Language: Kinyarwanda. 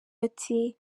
ati